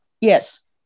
Yes